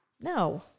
no